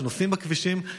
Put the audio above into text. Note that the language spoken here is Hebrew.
שנוסעים בכבישים,